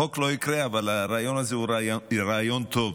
החוק לא יקרה, אבל הרעיון הוא רעיון טוב.